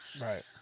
Right